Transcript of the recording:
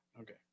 okay